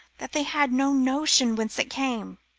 that they had no notion whence it came.